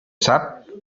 sap